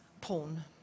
Porn